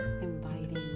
inviting